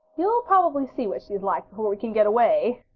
you'll probably see what she's like before we can get away,